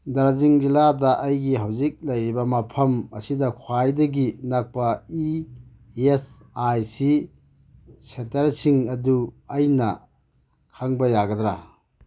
ꯗꯥꯔꯖꯂꯤꯡ ꯖꯤꯜꯂꯥꯗ ꯑꯩꯒꯤ ꯍꯧꯖꯤꯛ ꯂꯩꯔꯤꯕ ꯃꯐꯝ ꯑꯁꯤꯗ ꯈ꯭ꯋꯥꯏꯗꯒꯤ ꯅꯛꯄ ꯏ ꯑꯦꯁ ꯑꯥꯏ ꯁꯤ ꯁꯦꯟꯇꯔꯁꯤꯡ ꯑꯗꯨ ꯑꯩꯅ ꯈꯪꯕ ꯌꯥꯒꯗ꯭ꯔꯥ